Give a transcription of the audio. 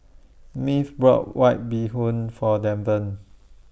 Maeve brought White Bee Hoon For Deven